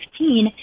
2015